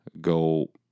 go